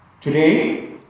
Today